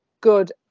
good